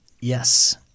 Yes